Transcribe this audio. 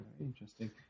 Interesting